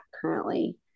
currently